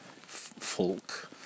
folk